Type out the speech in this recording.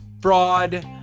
fraud